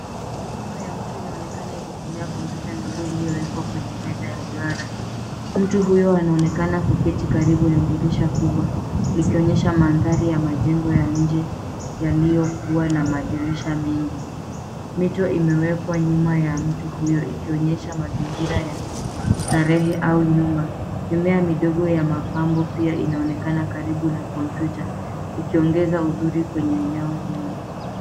Mikono ya mtu inaonekana ikitumia kompyuta ndogo iliyowekwa kwenye meza ya duara. Mtu huyo anaonekana kuketi karibu na dirisha kubwa, likionyesha mandhari ya majengo ya nje yaliyokuwa na madirisha mengi. Mito imewekwa nyuma ya mtu huyo ikionyesha mazingira ya starehe au nyumba. Mimea midogo ya mapambo pia inaonekana karibu na kompyuta, ikiongeza uzuri kwenye eneo hilo.